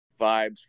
vibes